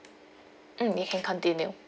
mm you can continue